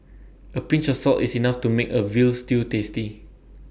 A pinch of salt is enough to make A Veal Stew tasty